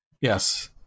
Yes